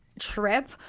trip